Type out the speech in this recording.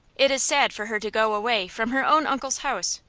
it is sad for her to go away from her own uncle's house,